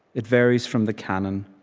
it varies from the canon.